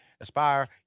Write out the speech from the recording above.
Aspire